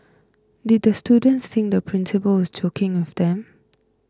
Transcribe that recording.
did the students think the principal was joking with them